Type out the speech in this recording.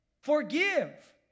Forgive